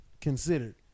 considered